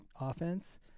offense